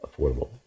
affordable